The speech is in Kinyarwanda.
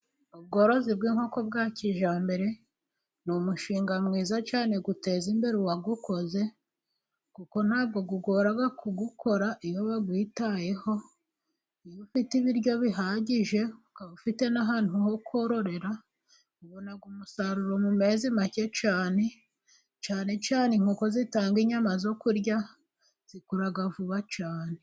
Ubworozi bw'inkoko bwa kijyambere, ni umushinga mwiza cyane uteza imbere uwawukoze, kuko ntabwo ugora kuwukora iyo wa witayeho, iyo ufite ibiryo bihagije, ukaba ufite n'ahantu ho kororera, ubona umusaruro mu mezi make cyane, cyane cyane inko zitanga inyama zo kurya zikura vuba cyane.